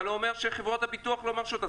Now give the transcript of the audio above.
אבל הוא אומר שחברות הביטוח לא מרשות,